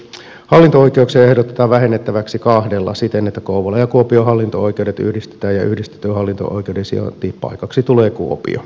hallinto oikeuksia ehdotetaan vähennettäväksi kahdella siten että kouvolan ja kuopion hallinto oikeudet yhdistetään ja yhdistetyn hallinto oikeuden sijaintipaikaksi tulee kuopio edelleen